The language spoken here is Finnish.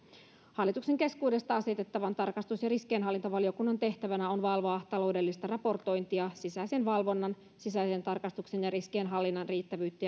hallituksen keskuudesta asetettavan tarkastus ja riskienhallinvaliokunnan tehtävänä on valvoa taloudellista raportointia sisäisen valvonnan sisäisen tarkastuksen ja riskienhallinnan riittävyyttä